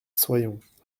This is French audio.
soyons